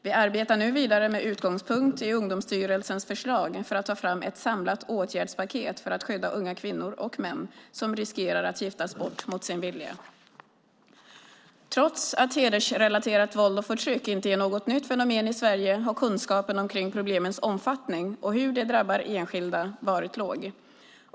Vi arbetar nu vidare med utgångspunkt i Ungdomsstyrelsens förslag för att ta fram ett samlat åtgärdspaket för att skydda unga kvinnor och män som riskerar att giftas bort mot sin vilja. Trots att hedersrelaterat våld och förtryck inte är något nytt fenomen i Sverige har kunskapen kring problemens omfattning och hur de drabbar enskilda varit låg.